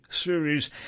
series